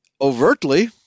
overtly